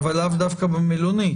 אבל לאו דווקא במלונית.